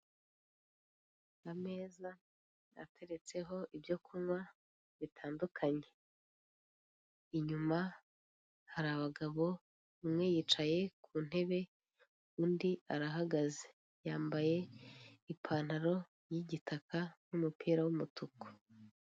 Ameza ateretseho ibyo kunywa bitandukanye, inyuma hari abagabo umwe yicaye, mku ntebe undu arahagaze yambaye ipantaro y'igitaka n'umupira w'umutuku.